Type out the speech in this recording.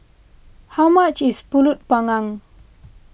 how much is Pulut Panggang